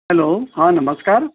hello हां नमस्कार